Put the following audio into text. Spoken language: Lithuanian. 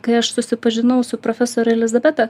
kai aš susipažinau su profesore elizabeta